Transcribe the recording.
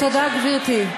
תודה, גברתי.